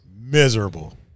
Miserable